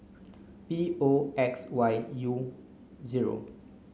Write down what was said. P O X Y U zero